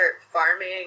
farming